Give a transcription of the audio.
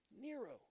Nero